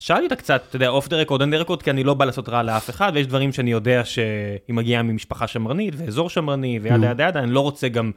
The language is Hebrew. שאלתי אותה קצת, אתה יודע, אוף דה רקורד, אין לי רקורד, כי אני לא בא לעשות רע לאף אחד, ויש דברים שאני יודע שהיא מגיעה ממשפחה שמרנית, ואיזור שמרני, ועדי עדי עד אני לא רוצה גם...